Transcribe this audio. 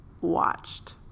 watched